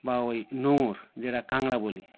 বা ওই নোঙর যেটা কাঁংড়া বলি